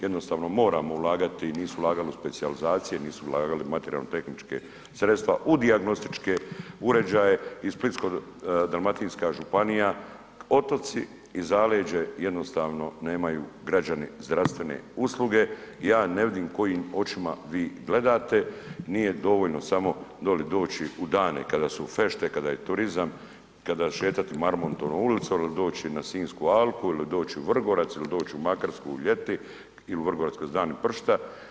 Jednostavno moramo ulagati, nisu ulagali u specijalizacije, nisu ulagali u materijalno-tehnička sredstva, u dijagnostičke uređaje i Splitsko-dalmatinska županija, otoci i zaleđe jednostavno nemaju građani zdravstvene usluge i ja ne vidim kojim očima vi gledate, nije dovoljno samo doli dođi u dane kada su fešte, kada je turizam, kada šetati Marmontovom ulicom il doći na Sinjsku alku, il doći u Vrgorac, il doći u Makarsku u ljeti, il Vrgorac kad su dani pršuta.